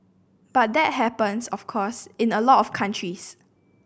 but that happens of course in a lot of countries